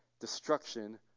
destruction